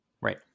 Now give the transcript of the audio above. Right